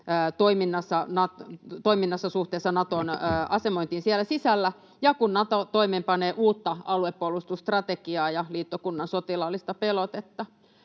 toiminnassa suhteessa Naton asemointiin siellä sisällä ja siinä, kun Nato toimeenpanee uutta aluepuolustusstrategiaa ja liittokunnan sotilaallista pelotetta.